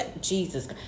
Jesus